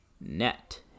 net